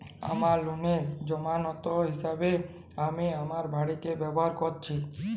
আমার লোনের জামানত হিসেবে আমি আমার বাড়িকে ব্যবহার করেছি